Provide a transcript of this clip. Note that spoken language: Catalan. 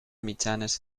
mitjanes